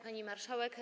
Pani Marszałek!